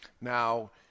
Now